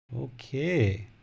Okay